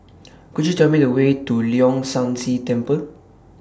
Could YOU Tell Me The Way to Leong San See Temple